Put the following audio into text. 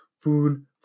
food